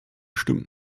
stimmen